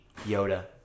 Yoda